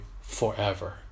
forever